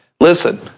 Listen